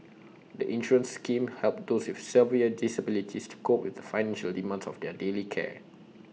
the insurance scheme helps those with severe disabilities to cope with the financial demands of their daily care